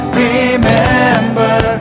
remember